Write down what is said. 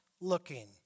looking